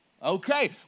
Okay